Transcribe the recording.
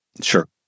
Sure